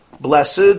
Blessed